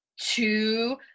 two